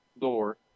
door